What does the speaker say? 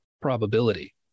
probability